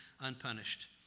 unpunished